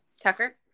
Tucker